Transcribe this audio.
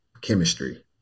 chemistry